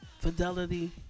Fidelity